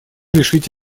решить